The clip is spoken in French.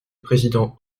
président